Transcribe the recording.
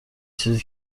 چیزی